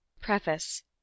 Preface